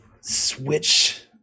Switch